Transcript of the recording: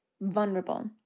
vulnerable